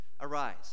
arise